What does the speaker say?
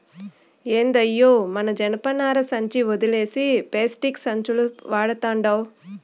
ఏందయ్యో మన జనపనార సంచి ఒదిలేసి పేస్టిక్కు సంచులు వడతండావ్